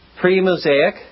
pre-Mosaic